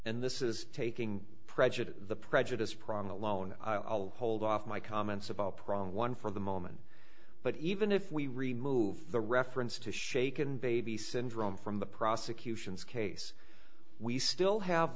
and this is taking prejudice the prejudice prong alone i'll hold off my comments about prong one for the moment but even if we remove the reference to shaken baby syndrome from the prosecution's case we still have